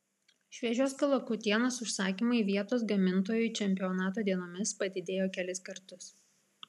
šviežios kalakutienos užsakymai vietos gamintojui čempionato dienomis padidėjo kelis kartus